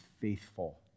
faithful